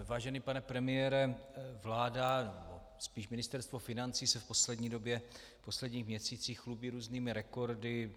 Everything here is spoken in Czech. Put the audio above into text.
Vážený pane premiére, vláda, nebo spíš Ministerstvo financí se v poslední době, v posledních měsících, chlubí různými rekordy.